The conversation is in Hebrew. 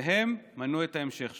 והם מנעו את ההמשך,